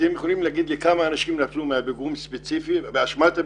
אתם יכולים להגיד לי כמה אנשים נפלו באשמת הפיגום?